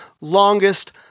longest